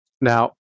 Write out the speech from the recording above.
Now